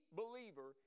believer